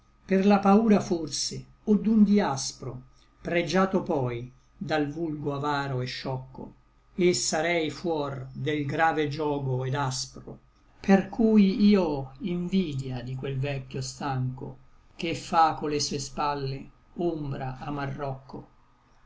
per la paura forse o d'un dïaspro pregiato poi dal vulgo avaro et scioccho et sarei fuor del grave giogo et aspro per cui i ò invidia di quel vecchio stancho che fa con le sue spalle ombra a marroccho